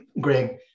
greg